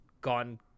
gone